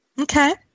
Okay